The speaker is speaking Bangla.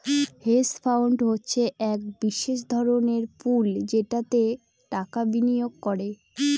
হেজ ফান্ড হচ্ছে এক বিশেষ ধরনের পুল যেটাতে টাকা বিনিয়োগ করে